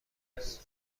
است